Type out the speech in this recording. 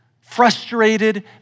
frustrated